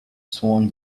swan